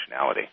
functionality